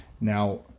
Now